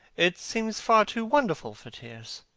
it seems far too wonderful for tears.